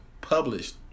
published